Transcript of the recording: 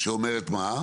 שאומרת מה?